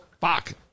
Fuck